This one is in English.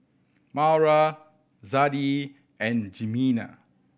Maura Zadie and Jimena